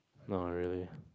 not really